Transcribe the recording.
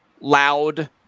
loud